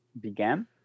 began